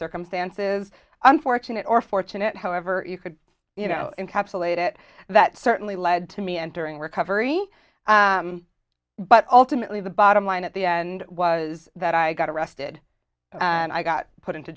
circumstances unfortunate or fortunate however you could you know encapsulate it that certainly led to me entering recovery but ultimately the bottom line at the end was that i got arrested and i got put into